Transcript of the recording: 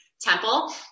temple